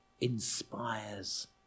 inspires